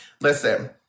Listen